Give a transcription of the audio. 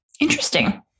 Interesting